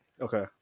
Okay